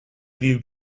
liu